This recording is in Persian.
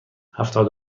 هفتاد